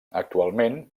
actualment